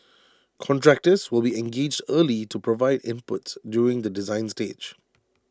contractors will be engaged early to provide inputs during the design stage